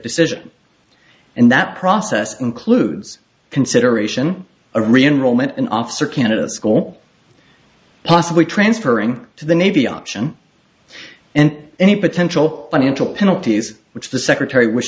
decision and that process includes consideration of reenroll in an officer candidate school possibly transferring to the navy option and any potential financial penalties which the secretary w